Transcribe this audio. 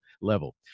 level